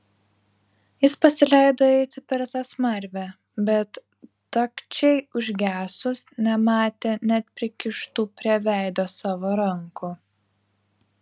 jis pasileido eiti per tą smarvę bet dagčiai užgesus nematė net prikištų prie veido savo rankų